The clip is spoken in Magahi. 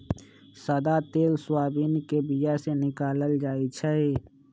सदा तेल सोयाबीन के बीया से निकालल जाइ छै